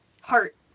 heart